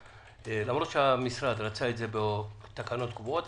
למרות שהמשרד רצה את זה בתקנות קבועות,